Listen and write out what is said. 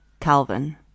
Calvin